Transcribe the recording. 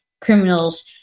criminals